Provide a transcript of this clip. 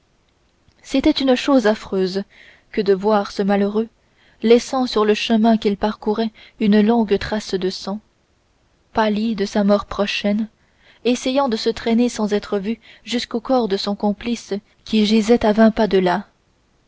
c'était une chose affreuse que de voir ce malheureux laissant sur le chemin qu'il parcourait une longue trace de sang pâle de sa mort prochaine essayant de se traîner sans être vu jusqu'au corps de son complice qui gisait à vingt pas de là